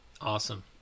Awesome